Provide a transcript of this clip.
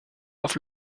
auf